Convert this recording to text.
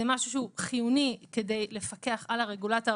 זה משהו שהוא חיוני כדי לפקח על הרגולטור,